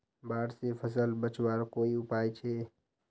बाढ़ से फसल बचवार कोई उपाय छे?